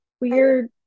Weird